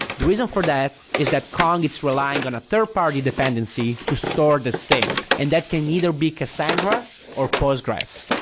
the reason for that is that kong, it's relying on a third-party dependency to store the state, and that can either be cassandra or postgres.